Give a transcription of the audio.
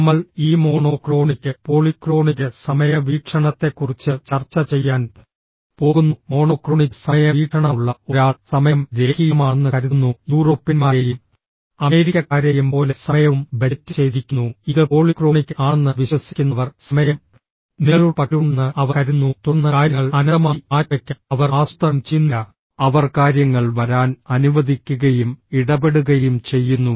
നമ്മൾ ഈ monochronic polychronic സമയ വീക്ഷണത്തെക്കുറിച്ച് ചർച്ച ചെയ്യാൻ പോകുന്നു മോണോക്രോണിക് സമയ വീക്ഷണമുള്ള ഒരാൾ സമയം രേഖീയമാണെന്ന് കരുതുന്നു യൂറോപ്യന്മാരെയും അമേരിക്കക്കാരെയും പോലെ സമയവും ബജറ്റ് ചെയ്തിരിക്കുന്നു ഇത് പോളിക്രോണിക് ആണെന്ന് വിശ്വസിക്കുന്നവർ സമയം നിങ്ങളുടെ പക്കലുണ്ടെന്ന് അവർ കരുതുന്നു തുടർന്ന് കാര്യങ്ങൾ അനന്തമായി മാറ്റിവയ്ക്കാം അവർ ആസൂത്രണം ചെയ്യുന്നില്ല അവർ കാര്യങ്ങൾ വരാൻ അനുവദിക്കുകയും ഇടപെടുകയും ചെയ്യുന്നു